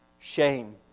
shame